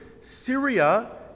Syria